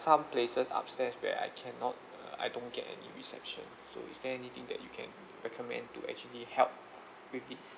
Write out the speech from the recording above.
some places upstairs where I cannot uh I don't get any reception so is there anything that you can recommend to actually help with this